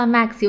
Max